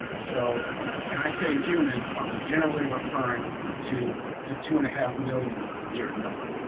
so when i say humans i'm generally referring to the two and a half million year number.